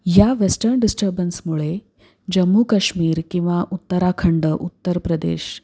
ह्या वेस्टर्न डिस्टर्बन्समुळे जम्मू कश्मीर किंवा उत्तराखंड उत्तर प्रदेश